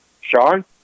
Sean